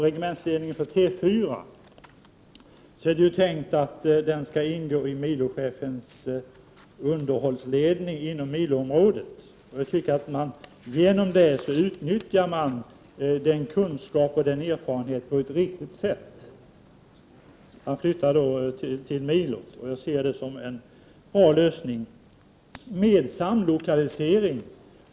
Regementsledningen för T 4 är tänkt att ingå i milochefens underhållsledning inom miloområdet. På det sättet utnyttjar man kunskapen och erfarenheten på ett riktigt sätt. Jag ser det som en bra lösning.